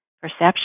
perception